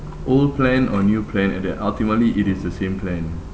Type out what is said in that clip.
old plan or new plan and it ultimately it is the same plan